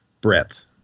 breadth